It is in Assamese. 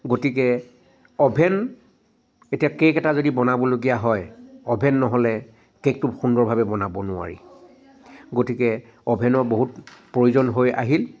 গতিকে অ'ভেন এতিয়া কে'ক এটা যদি বনাবলগীয়া হয় অ'ভেন নহ'লে কে'কটো সুন্দৰভাৱে বনাব নোৱাৰি গতিকে অ'ভেনৰ বহুত প্ৰয়োজন হৈ আহিল